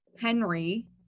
Henry